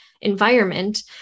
environment